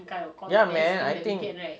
ya man I think